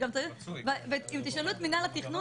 אם תשאלו את מינהל התכנון,